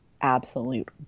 absolute